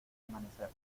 amanecer